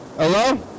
Hello